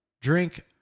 drink